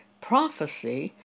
prophecy